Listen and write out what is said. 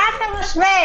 מה אתה משווה?